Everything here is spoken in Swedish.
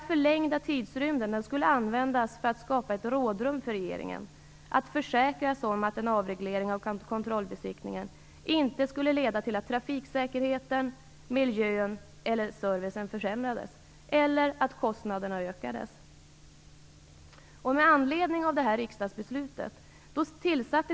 Den förlängda tidsrymden skulle användas för att skapa ett rådrum för regeringen att försäkra sig om att en avreglering av kontrollbesiktningar inte skulle leda till att trafiksäkerheten, miljön eller servicen försämrades eller att kostnaderna ökades.